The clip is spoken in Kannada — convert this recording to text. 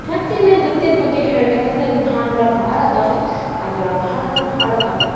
ಮತ್ತು ಇನ್ನೇನು ನೃತ್ಯದ ಬಗ್ಗೆ ಹೇಳ್ಬೇಕಂದ್ರೆ ರೀ ಭಾಳ ಅಂದ್ರೆ ಭಾಳ ಅದಾವ ಆದ್ರೆ ಬಹಳ ಅಂದ್ರೆ ಬಹಳ ಅದಾವ